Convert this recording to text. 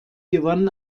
gewann